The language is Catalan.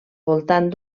voltant